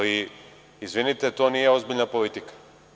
Izvinite, ali to nije ozbiljna politika.